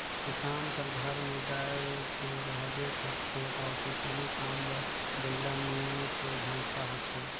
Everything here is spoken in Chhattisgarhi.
किसान कर घर में गाय दो रहबे करथे अउ किसानी काम बर बइला नी तो भंइसा होथे